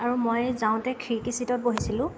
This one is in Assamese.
আৰু মই যাওঁতে খিৰিকী ছিটত বহিছিলোঁ